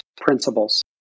principles